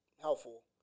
helpful